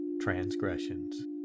transgressions